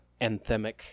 anthemic